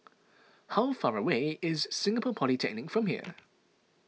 how far away is Singapore Polytechnic from here